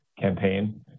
campaign